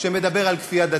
שמדבר על כפייה דתית.